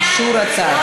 אישור הצו.